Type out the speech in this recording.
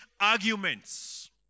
arguments